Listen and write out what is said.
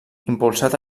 impulsat